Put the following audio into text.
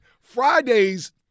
Fridays